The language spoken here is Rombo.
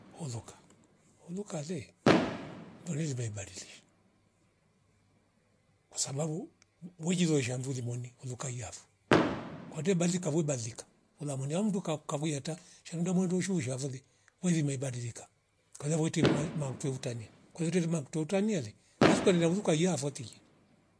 Holoka holokale ndwere limeibadili kwasababu wiji zshonduli limwoni hulu kaiyavo kwete balika vwe badilika hula moniam mndu kakavuwieta shamndwe mweru ushu shavoli kweli meibadilika kwalia voti mmali mavo twevutania kwerirete limavo tuotaniali basi ukaria uru kaiya votije